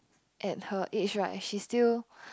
at her age right she still